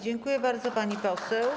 Dziękuję bardzo, pani poseł.